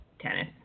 tennis